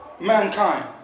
mankind